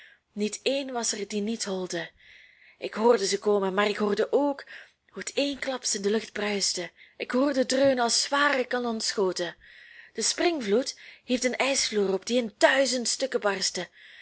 niet een was er die niet holde ik hoorde ze komen maar ik hoorde ook hoe het eensklaps in de lucht bruiste ik hoorde het dreunen als zware kanonschoten de springvloed hief den ijsvloer op die in duizend stukken barstte